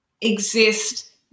exist